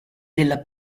della